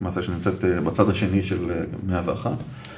מה זה שנמצאת בצד השני של 101?